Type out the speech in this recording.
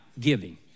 giving